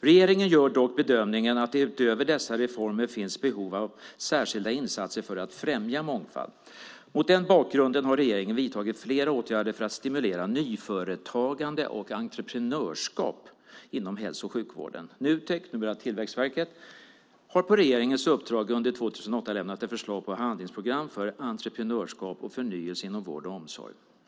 Regeringen gör dock bedömningen att det utöver dessa reformer finns behov av särskilda insatser för att främja mångfald. Mot den bakgrunden har regeringen vidtagit flera åtgärder för att stimulera nyföretagande och entreprenörskap inom hälso och sjukvården. Nutek, numera Tillväxtverket, har på regeringens uppdrag under 2008 lämnat ett förslag på handlingsprogram för entreprenörskap och förnyelse inom vård och omsorg.